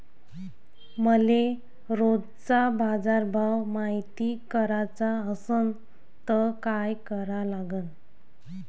मले रोजचा बाजारभव मायती कराचा असन त काय करा लागन?